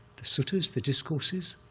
the suttas, the discourses,